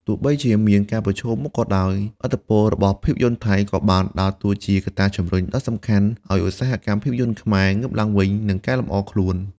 ទោះបីជាមានការប្រឈមមុខក៏ដោយ ឥទ្ធិពលរបស់ភាពយន្តថៃក៏បានដើរតួជាកត្តាជំរុញដ៏សំខាន់ឲ្យឧស្សាហកម្មភាពយន្តខ្មែរ ងើបឡើងវិញ និងកែលម្អខ្លួន។